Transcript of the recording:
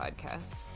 podcast